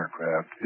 aircraft